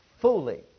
fully